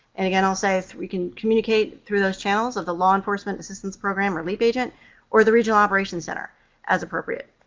and, again, i'll say if we can communicate through those channels of the law enforcement assistance program, or leap, agent or the regional operations center as appropriate.